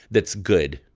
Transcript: that's good.